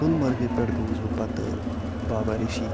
گُلمرگہٕ پٮ۪ٹھ گوٚوُس بہٕ پتہٕ بابا ریشی